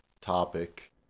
topic